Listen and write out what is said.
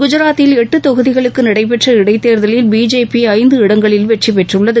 குஜராத்தில் எட்டு தொகுதிகளுக்கு நடைபெற்ற இடைத் தேர்தலில் பிஜேபி ஐந்து இடங்களில் வெற்றி பெற்றுள்ளது